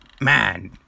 Man